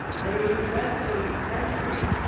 but it was invented unintentionally,